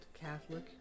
Catholic